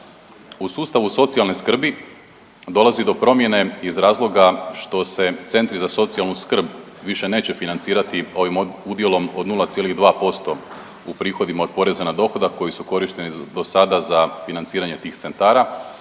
U sustavu socijalne skrbi dolazi do promjene iz razloga što se centri za socijalnu skrb više neće financirati ovim udjelom od 0,2% u prihodima od poreza na dohodak koji su korišteni dosada za financiranje tih centara